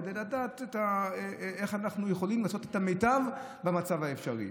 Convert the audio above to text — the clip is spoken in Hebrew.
כדי לדעת איך אנחנו יכולים לעשות את המיטב במצב האפשרי.